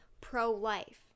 pro-life